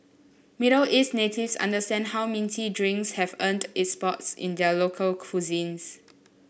Middle East natives understand how minty drinks have earned its spots in their local cuisines